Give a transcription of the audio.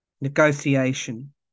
negotiation